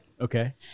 Okay